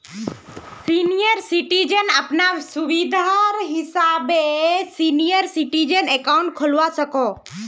senior citizen अपना सुविधा हिसाबे सीनियर सिटीजन अकाउंट खोलवा सकोह